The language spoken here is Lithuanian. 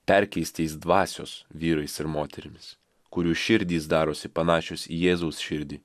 perkeistais dvasios vyrais ir moterimis kurių širdys darosi panašios į jėzaus širdį